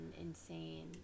insane